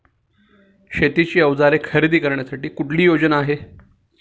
शेतीची अवजारे खरेदी करण्यासाठी कुठली योजना आहे?